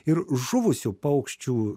ir žuvusių paukščių